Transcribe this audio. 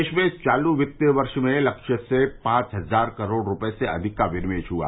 देश में चालू वित्त वर्ष में लक्ष्य से पांच हजार करोड़ रुपये अधिक का विनिवेश हुआ